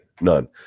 None